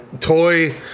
Toy